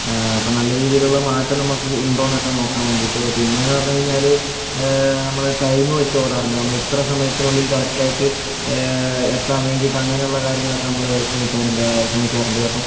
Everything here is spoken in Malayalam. അപ്പം നല്ല രീതീലുള്ള മാറ്റം നമുക്ക് ഇണ്ടോന്നൊക്കെ നോക്കാൻ വേണ്ടീട്ട് പിന്നേന്ന് പറഞ്ഞ് കഴിഞ്ഞാൽ നമ്മൾ ടൈമ് വെച്ച് ഓടാറുണ്ട് നമ്മളിത്ര സമയത്തിനുള്ളിൽ കറക്റ്റായിട്ട് എത്താൻ വേണ്ടീട്ട് അങ്ങനെയുള്ള കാര്യങ്ങളൊക്കെ നമ്മൾ ശ്രമിക്കാറുണ്ട് ശ്രമിക്കാറുണ്ട് അപ്പം